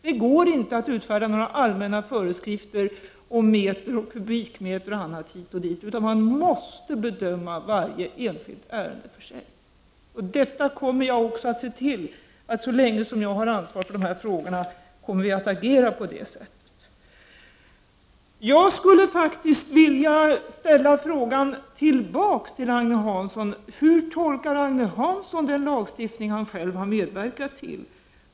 Det går inte att utfärda några allmänna föreskrifter om meter och kubikmeter hit och dit, utan man måste bedöma varje enskilt ärende för sig. Jag kommer att se till att så länge jag har ansvaret för de här frågorna så kommer vi också att agera på det sättet. Jag skulle faktiskt vilja ställa frågan tillbaka till Agne Hansson: Hur tolkar Agne Hansson den lagstiftning han själv har medverkat till?